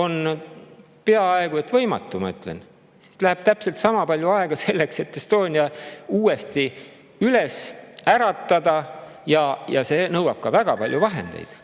on peaaegu et võimatu, ma ütlen. Siis läheks täpselt sama palju aega selleks, et Estonia uuesti üles äratada, ja see nõuab väga palju vahendeid.